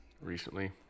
Recently